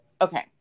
Okay